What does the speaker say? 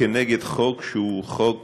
נגד חוק שהוא חוק